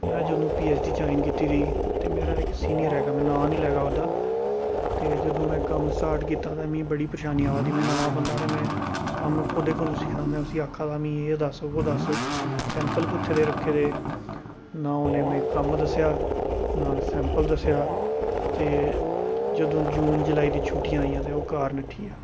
में जदूं PhD join कीती दी ते मेरा इक सीनियर ऐ में नांऽ निं लैगा उं'दा ते जदूं में कम्म स्टार्ट कीता ते मी बड़ी परेशानी आवा दी में नमां कन्नै कम्म कोह्दे कोल सिक्खां में उसी आखै दा मी एह् दस्स ओह् दस्स सैंपल कुत्थै रक्खे दे न उ'नें मी कम्म दस्सेआ नां सैंपल दस्सेआ ते जदूं जून जुलाई दियां छुट्टियां आइयां ते ओह् घर नट्ठी गेआ